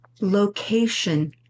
location